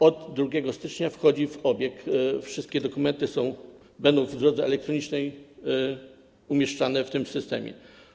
Od 2 stycznia to wchodzi w obieg, wszystkie dokumenty będą w drodze elektronicznej umieszczane w tym systemie.